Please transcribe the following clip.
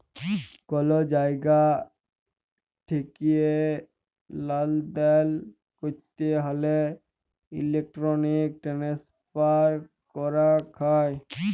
call জায়গা ঠেকিয়ে লালদেল ক্যরতে হ্যলে ইলেক্ট্রনিক ট্রান্সফার ক্যরাক হ্যয়